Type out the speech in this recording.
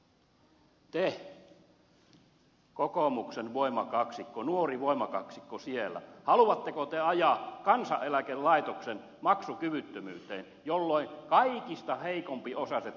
te kokoomuksen voimakaksikko nuori voimakaksikko siellä haluatteko te ajaa kansaneläkelaitoksen maksukyvyttömyyteen jolloin kaikista heikko osaisimmat tulevat kärsimään